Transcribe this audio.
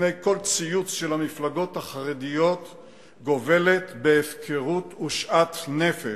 בפני כל ציוץ של המפלגות החרדיות גובלת בהפקרות ושאט נפש.